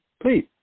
Please